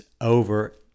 over